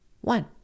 one